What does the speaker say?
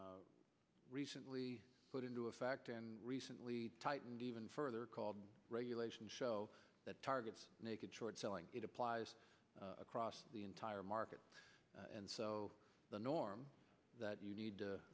recently put into effect and recently tightened even further called regulation show that targets naked short selling it applies across the entire market and so the norm that you need to